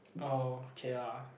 oh okay lah